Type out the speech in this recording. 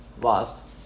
lost